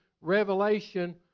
Revelation